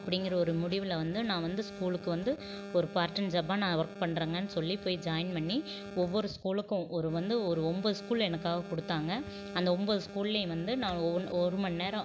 அப்படிங்குற ஒரு முடிவில் வந்து நான் வந்து ஸ்கூலுக்கு வந்து ஒரு பார்ட் டைம் ஜாபாக நான் வொர்க் பண்றேங்கனு சொல்லி போய் ஜாயின் பண்ணி ஒவ்வொரு ஸ்கூலுக்கும் ஒரு வந்து ஒரு ஒன்பது ஸ்கூல் எனக்காக கொடுத்தாங்க அந்த ஒன்பது ஸ்கூல்லேயும் வந்து நான் ஒ ஒருமணி நேரம்